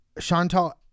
Chantal